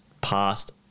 past